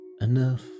Enough